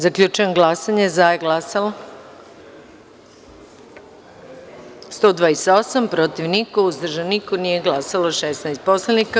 Zaključujem glasanje i saopštavam: za - 128, protiv – niko, uzdržanih nema, nije glasalo 16 poslanika, od ukupno 144 narodnih poslanika.